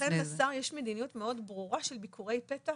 לכן ל שר יש מדיניות מאוד ברורה של ביקורי פתע,